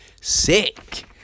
sick